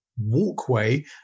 walkway